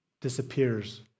Disappears